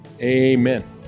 Amen